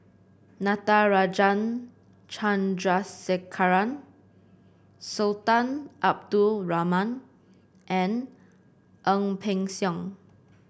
Natarajan Chandrasekaran Sultan Abdul Rahman and Ang Peng Siong